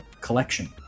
collection